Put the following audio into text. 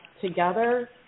together